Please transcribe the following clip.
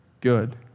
good